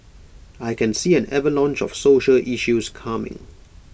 I can see an avalanche of social issues coming